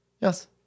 Yes